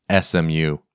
SMU